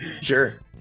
Sure